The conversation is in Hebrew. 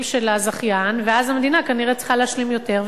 של הזכיין ואז המדינה צריכה להשלים יותר,